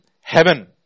heaven